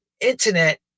internet